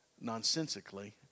nonsensically